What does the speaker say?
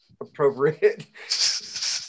appropriate